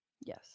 Yes